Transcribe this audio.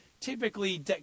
typically